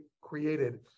created